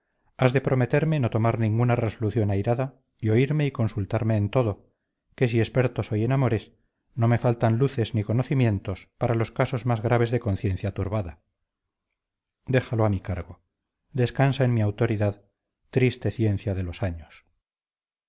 has de prometerme no tomar ninguna resolución airada y oírme y consultarme en todo que si experto soy en amores no me faltan luces ni conocimientos para los casos más graves de conciencia turbada déjalo a mi cargo descansa en mi autoridad triste ciencia de los años